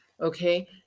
Okay